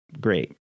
great